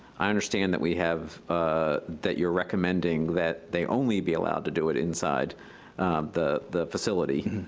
i understand that we have, ah that you're recommending that they only be allowed to do it inside the the facility.